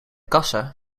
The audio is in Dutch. kassa